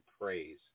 praise